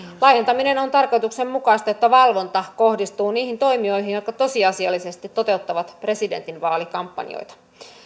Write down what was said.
laajentaminen on tarkoituksenmukaista jotta valvonta kohdistuu niihin toimijoihin jotka tosiasiallisesti toteuttavat presidentinvaalikampanjoita